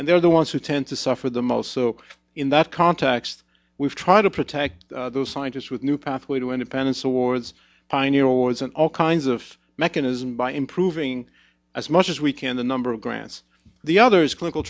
and they're the ones who tend to suffer the most so in that context we've tried to protect those scientists with new pathway to independence awards pioneer awards and all kinds of mechanisms by improving as much as we can the number of grants the others clinical